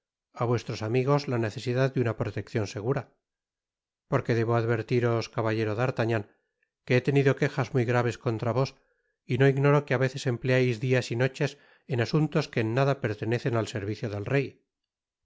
á vuestros amigos la necesidad de una proteccion segura porque debo advertiros caballero d'artagnan que he tenido quejas muy graves contra vos y no ignoro que á veces empleais dias y noches en asuntos que en nada pertenecen al servicio del rey